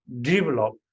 develop